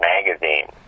Magazine